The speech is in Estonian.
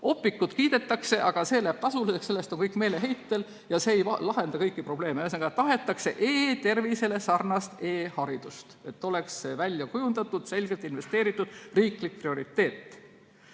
Opiqut kiidetakse, aga see läheb tasuliseks, selle pärast on kõik meeleheitel. Ja see ei lahenda kõiki probleeme. Ühesõnaga, tahetakse e‑tervisega sarnast e-haridust, et see oleks väljakujundatud ja selgete investeeringutega riiklik prioriteet.